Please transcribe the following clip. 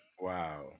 Wow